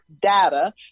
Data